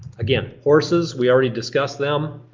again, horses we already discussed them.